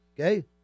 Okay